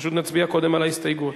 פשוט נצביע קודם על ההסתייגות.